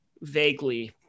vaguely